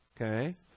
okay